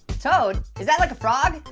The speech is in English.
toad? is that like a frog?